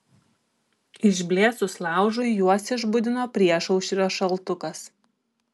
išblėsus laužui juos išbudino priešaušrio šaltukas